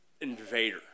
invader